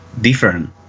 different